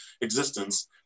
existence